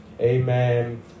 amen